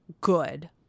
good